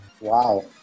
Wow